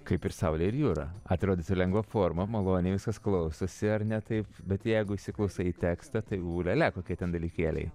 kaip ir saulė ir jūra atrodytų lengva forma maloniai viskas klausosi ar ne taip bet jeigu įsiklausai į tekstą tai ū lia lia kokie ten dalykėliai